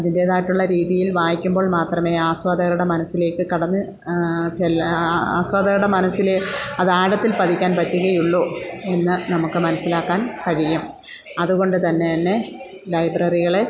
അതിൻറ്റേതായിട്ടുള്ള രീതിയിൽ വായിക്കുമ്പോൾ മാത്രമേ ആസ്വാദകരുടെ മനസ്സിലേക്ക് കടന്ന് ചെല്ലാൻ ആസ്വാദകരുടെ മനസ്സിൽ അത് ആഴത്തിൽ പതിക്കാൻ പറ്റുകയുള്ളു എന്ന് നമുക്ക് മനസ്സിലാക്കാൻ കഴിയും അതുകൊണ്ടു തന്നെയെന്നെ ലൈബ്രറികളെ